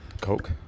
coke